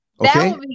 okay